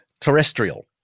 Terrestrial